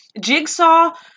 Jigsaw